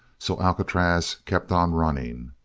so alcatraz kept on running.